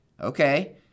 Okay